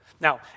now